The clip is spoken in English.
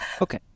Okay